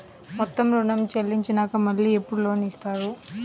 మొత్తం ఋణం చెల్లించినాక మళ్ళీ ఎప్పుడు లోన్ ఇస్తారు?